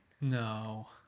No